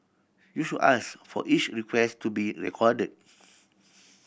you should ask for each request to be recorded